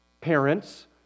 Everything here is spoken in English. parents